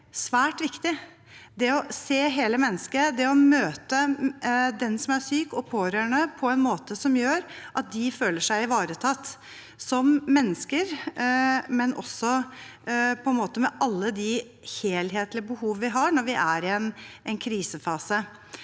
er svært viktig – det å se hele mennesket, det å møte den som er syk og de pårørende på en måte som gjør at de føler seg ivaretatt som mennesker, med alle de helhetlige behov vi har når vi er i en krisefase.